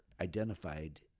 identified